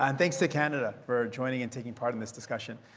and thanks to canada for joining and taking part in this discussion.